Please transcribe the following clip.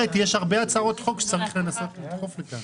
שצריך לנסות לדחוף לכאן.